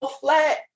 flat